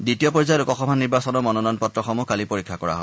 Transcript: দ্বিতীয় পৰ্যায়ৰ লোকসভা নিৰ্বাচনৰ মনোনয়ন পত্ৰসমূহ কালি পৰীক্ষা কৰা হয়